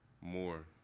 more